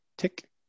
tick